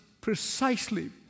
precisely